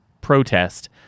protest